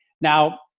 Now